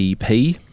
EP